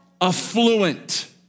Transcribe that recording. affluent